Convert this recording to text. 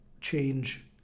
change